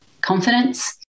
confidence